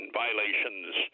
violations